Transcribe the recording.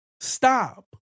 stop